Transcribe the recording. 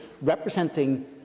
representing